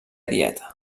dieta